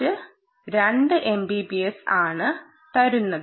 0 രണ്ട് MPBS ആണ് തരുന്നത്